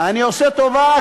אני עושה טובה.